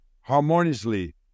harmoniously